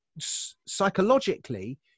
psychologically